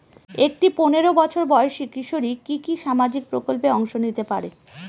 একটি পোনেরো বছর বয়সি কিশোরী কি কি সামাজিক প্রকল্পে অংশ নিতে পারে?